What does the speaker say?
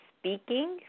speaking